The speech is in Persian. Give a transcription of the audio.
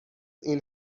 این